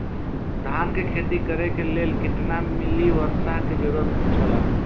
धान के खेती करे के लेल कितना मिली वर्षा के जरूरत छला?